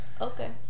okay